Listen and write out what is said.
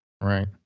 Right